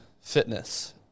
fitness